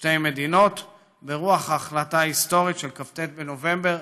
שתי מדינות ברוח ההחלטה ההיסטורית של כ"ט בנובמבר,